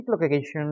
location